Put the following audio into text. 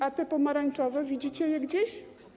A te pomarańczowe - widzicie je gdzieś?